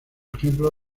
ejemplo